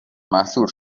محصور